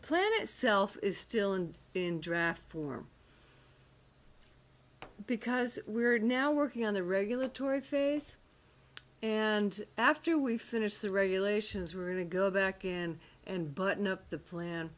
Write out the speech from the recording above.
plan itself is still and been draft form because we're now working on the regulatory phase and after we finished the regulations were to go back in and button up the plan